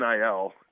NIL –